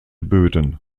böden